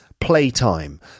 playtime